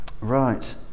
Right